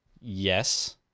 Yes